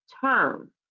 term